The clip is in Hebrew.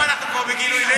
אם אנחנו כבר בגילוי לב.